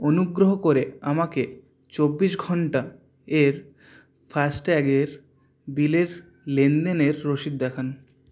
অনুগ্রহ করে আমাকে চব্বিশ ঘন্টা এর ফাস্ট্যাগ এর বিলের লেনদেনের রসিদ দেখান